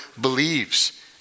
believes